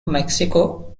mexico